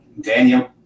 Daniel